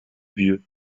vieux